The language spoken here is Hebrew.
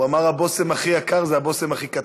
הוא אמר: הבושם הכי יקר זה הבושם הכי קטן.